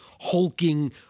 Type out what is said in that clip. hulking